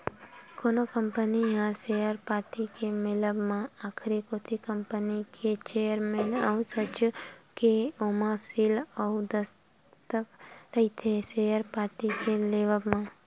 कोनो कंपनी के सेयर पाती के मिलब म आखरी कोती कंपनी के चेयरमेन अउ सचिव के ओमा सील अउ दस्कत रहिथे सेयर पाती के लेवब म